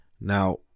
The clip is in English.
Now